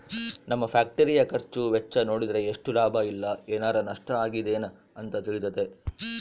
ನಮ್ಮ ಫ್ಯಾಕ್ಟರಿಯ ಖರ್ಚು ವೆಚ್ಚ ನೋಡಿದ್ರೆ ಎಷ್ಟು ಲಾಭ ಇಲ್ಲ ಏನಾರಾ ನಷ್ಟ ಆಗಿದೆನ ಅಂತ ತಿಳಿತತೆ